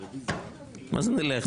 מה זה נלך?